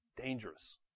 Dangerous